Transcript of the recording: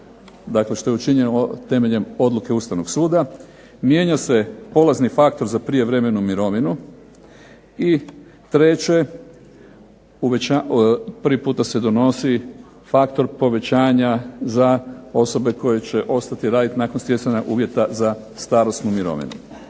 Dakle što je učinjeno temeljem odluke Ustavnog suda, mijenja se polazni faktor za prijevremenu mirovinu i treće prvi puta se donosi faktor povećanja za osobe koje će ostati raditi nakon stjecanja uvjeta za starosnu mirovinu.